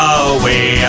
away